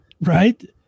Right